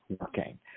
working